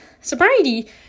sobriety